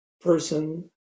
person